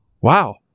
Wow